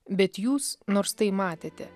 bet jūs nors tai matėte